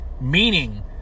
Meaning